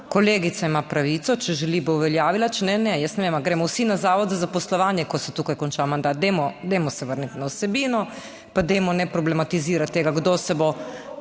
Kolegica ima pravico; če želi, bo uveljavila, če ne, ne. Jaz ne vem, ali gremo vsi na zavod za zaposlovanje, ko se tukaj konča mandat? Dajmo, dajmo se vrniti na vsebino pa dajmo ne problematizirati tega, kdo se bo